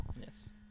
Yes